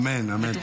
אמן, אמן.